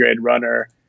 runner